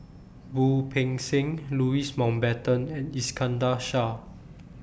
Wu Peng Seng Louis Mountbatten and Iskandar Shah